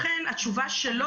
כי הוא